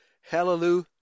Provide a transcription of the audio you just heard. hallelujah